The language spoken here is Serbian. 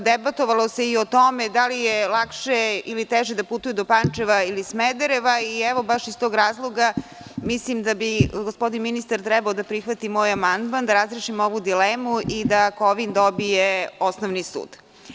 Pričalo se i o tome da li je lakše ili teže da putuju do Pančeva, ili Smedereva i baš iz tog razloga mislim da bi gospodin ministar trebalo da prihvati moj amandman i da razrešimo ovu dilemu i da Kovin dobije osnovni sud.